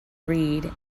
read